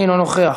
אינו נוכח.